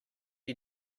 you